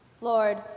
Lord